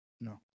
no